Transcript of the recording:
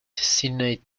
senate